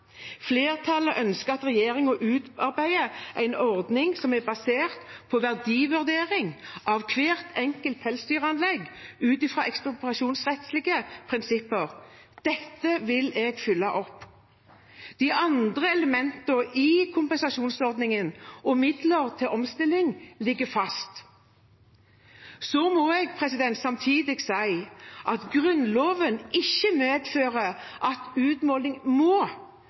Flertallet ønsker at regjeringen utarbeider en ordning som er basert på verdivurdering av hvert enkelt pelsdyranlegg ut fra ekspropriasjonsrettslige prinsipper. Dette vil jeg følge opp. De andre elementene i kompensasjonsordningen og midler til omstilling ligger fast. Samtidig må jeg si at Grunnloven ikke medfører at utmåling må